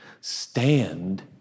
Stand